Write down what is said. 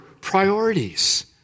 priorities